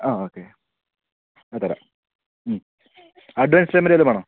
ആ ഓക്കെ ആ തരാം അഡ്വാൻസ് എന്തരേലും വേണോ